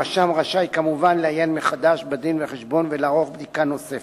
הרשם רשאי כמובן לעיין מחדש בדין-וחשבון ולערוך בדיקה נוספת.